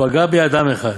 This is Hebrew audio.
ופגע בי אדם אחד,